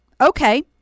Okay